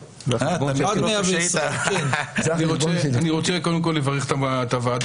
עד 120. אני רוצה קודם כול לברך את הוועדה